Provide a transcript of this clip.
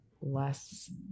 Less